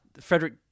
Frederick